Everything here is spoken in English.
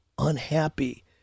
unhappy